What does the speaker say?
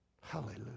Hallelujah